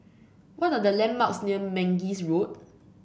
what are the landmarks near Mangis Road